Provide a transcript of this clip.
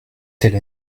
telle